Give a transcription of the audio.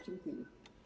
Dziękuję.